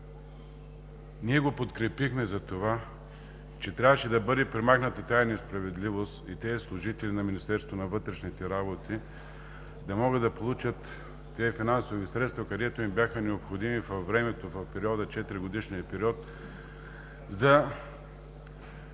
ние го подкрепихме за това, че трябваше да бъде премахната тази несправедливост и служителите на Министерството на вътрешните работи да могат да получат финансовите средства, които им бяха необходими в четиригодишния период за закупуване